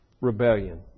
rebellion